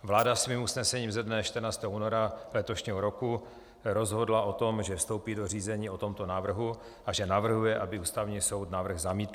Vláda svým usnesením ze dne 14. února letošního roku rozhodla o tom, že vstoupí do řízení o tomto návrhu a že navrhuje, aby Ústavní soud návrh zamítl.